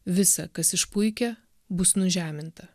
visa kas išpuikę bus nužeminta